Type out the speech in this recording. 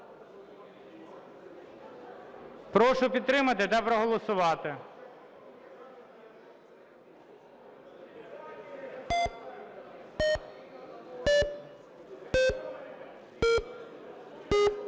Прошу підтримати та проголосувати.